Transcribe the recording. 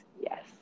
Yes